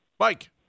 Mike